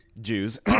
Jews